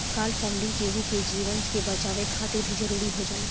काल funding केहु के जीवन के बचावे खातिर भी जरुरी हो जाला